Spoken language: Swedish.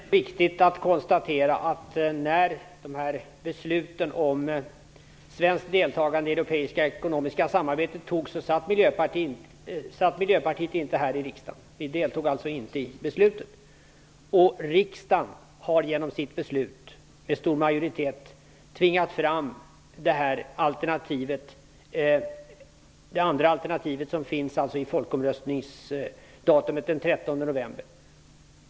Fru talman! Det är viktigt att konstatera att Miljöpartiet inte var med i riksdagen när besluten om svenskt deltagande i det europeiska ekonomiska samarbetet fattades. Vi deltog alltså inte i beslutet. Riksdagen har genom sitt beslut med stor majoritet tvingat fram det andra alternativet vid folkomröstningen den 13 november.